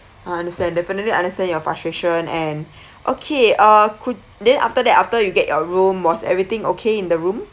I understand definitely understand your frustration and okay uh could then after that after you get your room was everything okay in the room